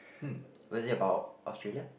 hmm was it about Australia